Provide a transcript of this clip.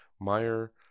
Meyer